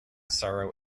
sorrow